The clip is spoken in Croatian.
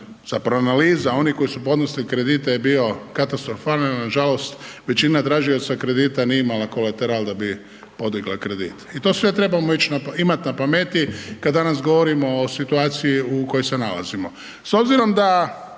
zapravo analiza oni koji su podnosili kredite je bio katastrofalan jer nažalost većina tražioca kredita nije imala kolateral da bi podigla kredit. I to sve trebamo imati na pameti kad danas govorimo o situaciji u kojoj se nalazimo.